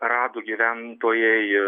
rado gyventojai